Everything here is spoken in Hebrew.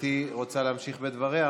גברתי רוצה להמשיך בדבריה?